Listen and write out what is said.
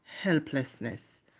helplessness